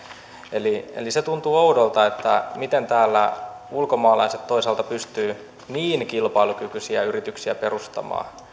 eli eli se tuntuu oudolta miten täällä ulkomaalaiset toisaalta pystyvät niin kilpailukykyisiä yrityksiä perustamaan